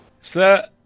Sir